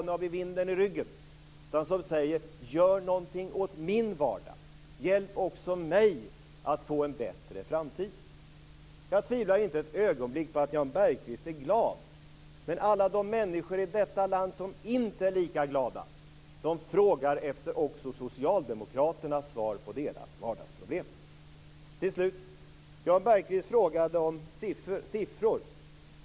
Nu har vi vinden i ryggen! De säger: Gör någonting åt min vardag! Hjälp också mig att få en bättre framtid! Jag tvivlar inte ett ögonblick på att Jan Bergqvist är glad. Men tänk på alla de människor i detta land som inte är lika glada. De frågar också efter socialdemokraternas svar på sina vardagsproblem. Till slut: Jan Bergqvist frågade om siffror.